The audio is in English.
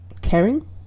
caring